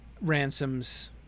Ransom's